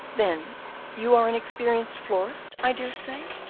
then you are an experienced florist, i dare say?